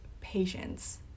patience